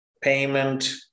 payment